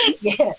Yes